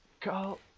Carl